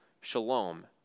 shalom